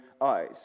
eyes